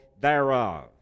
thereof